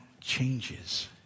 changes